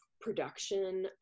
production